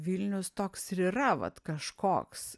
vilnius toks ir yra vat kažkoks